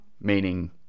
meaning